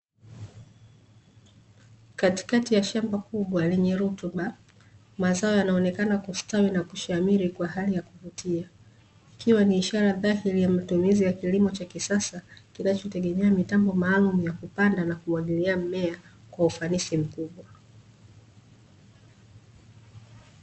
Katikati ya shamba kubwa lenye rutuba mazao yanaonekana kustawi na kushamiri kwa hali ya kuvutia ikiwa ni ishara dhahiri ya matumizi ya kilimo cha kisasa kinachotegemea mitambo maalum ya kupanda na kumwagilia mmea kwa ufanisi mkubwa.